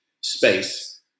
space